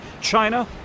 China